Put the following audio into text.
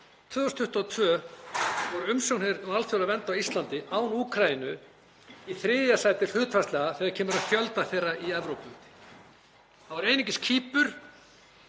2022 voru umsóknir um alþjóðlega vernd á Íslandi, án Úkraínu, í þriðja sæti hlutfallslega þegar kemur að fjölda þeirra í Evrópu. Það var einungis Kýpur